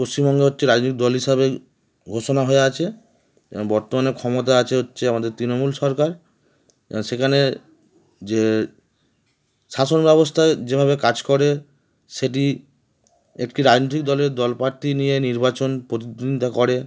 পশ্চিমবঙ্গে হচ্ছে রাজনৈতিক দল হিসাবে ঘোষণা হয়ে আছে এবং বর্তমানে ক্ষমতা আছে হচ্ছে আমাদের তৃণমূল সরকার সেখানে যে শাসন ব্যবস্থায় যেভাবে কাজ করে সেটি একটি রাজনৈতিক দলের দল প্রার্থী নিয়ে নির্বাচন প্রতিদ্বন্দিতা করে